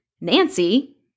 Nancy